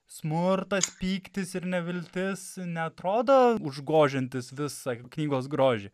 smurtas pyktis ir neviltis neatrodo užgožiantis visą knygos grožį